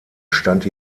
stand